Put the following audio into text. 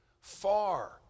far